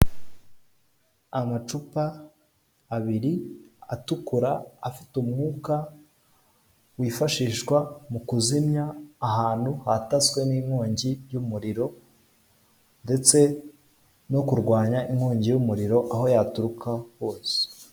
Amacupa abiri atukura afite umwuka wifashishwa mu kuzimya ahantu hatatswe n'inkongi y'umuriro, ndetse no kurwanya inkongi y'umuriro aho yaturuka hose.